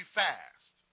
fast